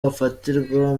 afatirwa